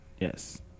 Yes